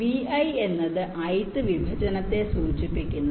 Vi എന്നത് ith വിഭജനത്തെ സൂചിപ്പിക്കുന്നു